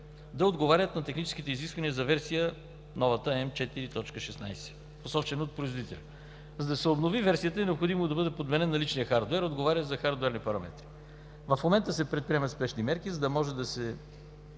да отговарят на техническите изисквания за новата версия М4.16, посочен от производителя. За да се обнови версията, е необходимо да бъде подменен наличният хардуер, отговарящ за хардуерни параметри. В момента се предприемат спешни мерки, за да може в